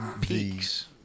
peaks